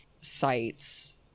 sites